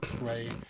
right